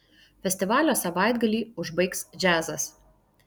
festivalio savaitgalį užbaigs džiazas